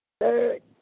Third